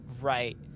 Right